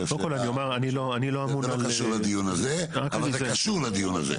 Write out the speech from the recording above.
זה לא קשור לדיון הזה אבל זה קשור לדיון הזה.